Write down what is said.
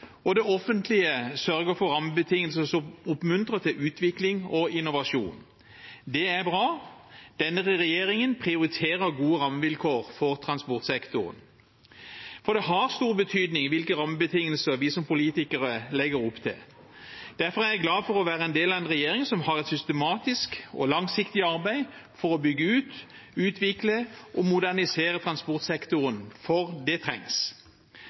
og det offentlige sørger for rammebetingelser som oppmuntrer til utvikling og innovasjon. Det er bra. Denne regjeringen prioriterer gode rammevilkår for transportsektoren, for det har stor betydning hvilke rammebetingelser vi som politikere legger opp til. Derfor er jeg glad for å være del av en regjering som har et systematisk og langsiktig arbeid for å bygge ut, utvikle og modernisere transportsektoren, for det trengs.